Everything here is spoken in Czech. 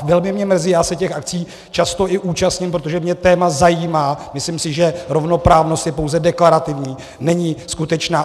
Velmi mě mrzí, já se těch akcí často i účastním, protože mě téma zajímá, myslím si, že rovnoprávnost je pouze deklarativní, není skutečná.